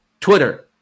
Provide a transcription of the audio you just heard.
Twitter